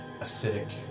acidic